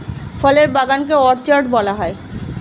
ফলের বাগান কে অর্চার্ড বলা হয়